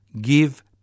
give